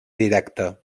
directa